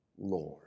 Lord